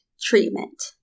treatment